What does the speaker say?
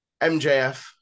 MJF